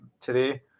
today